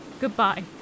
Goodbye